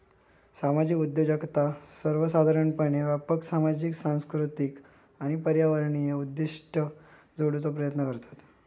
सामाजिक उद्योजकता सर्वोसाधारणपणे व्यापक सामाजिक, सांस्कृतिक आणि पर्यावरणीय उद्दिष्टा जोडूचा प्रयत्न करतत